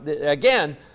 again